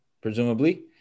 presumably